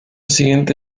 siguiente